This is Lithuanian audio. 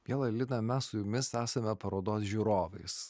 miela lina mes su jumis esame parodos žiūrovais